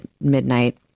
midnight